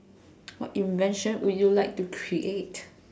what invention would you like to create